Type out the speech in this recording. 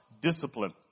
discipline